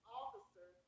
officer